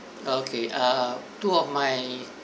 okay uh two of my